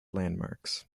landmarks